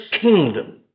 kingdom